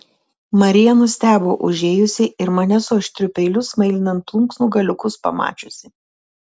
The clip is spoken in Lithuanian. marija nustebo užėjusi ir mane su aštriu peiliu smailinant plunksnų galiukus pamačiusi